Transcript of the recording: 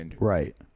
Right